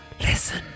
Listen